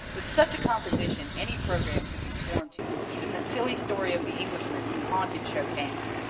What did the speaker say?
with such a composition any programme could be sworn to, even the silly story of the englishman who haunted chopin,